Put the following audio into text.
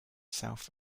south